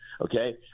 Okay